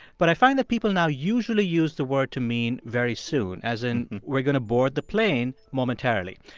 but i find that people now usually use the word to mean very soon, as in we're going to board the plane momentarily.